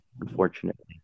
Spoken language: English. unfortunately